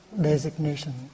designation